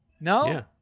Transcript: no